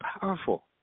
powerful